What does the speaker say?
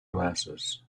glasses